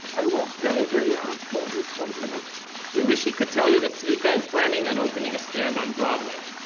i work very very hard for this compliment we wish we could tell you that tzvika is planning on opening a stand on broadway.